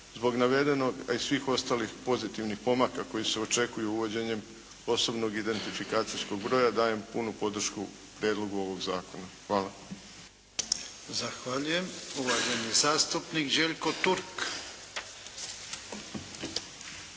Zbog navedenog, a i svih ostalih pozitivnih pomaka koji se očekuju uvođenjem osobnog identifikacijskog broja dajem punu podršku prijedlogu ovog zakona. Hvala. **Jarnjak, Ivan (HDZ)** Zahvaljujem. Uvaženi zastupnik Željko Turk.